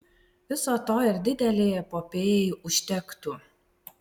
viso to ir didelei epopėjai užtektų